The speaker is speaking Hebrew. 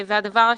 בוקר טוב.